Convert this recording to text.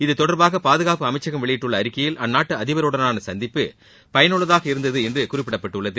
இத்தொடர்பாக பாதுகாப்பு அமைச்சகம் வெளியிட்டுள்ள அறிக்கையில் அந்நாட்டு அதிபருடனான சந்திப்பு பயனுள்ளதாக இருந்தது என்று குறிப்பிடப்பட்டுள்ளது